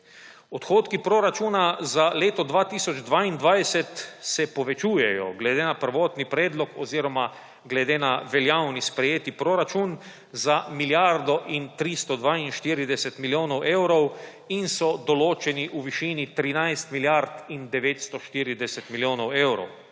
odhodni proračuna za leto 2022 se povečujejo glede na prvotni predlog oziroma glede na veljavni sprejeti proračun za milijardo in 342 milijonov evrov in so določeni v višini 13 milijard in 940 milijonov evrov.